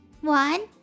One